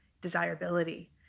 desirability